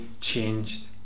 changed